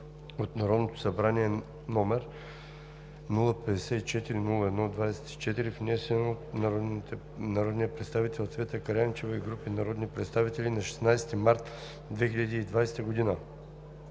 от Народното събрание, № 054-01-24, внесен от народния представител Цвета Караянчева и група народни представители на 16 март 2020 г.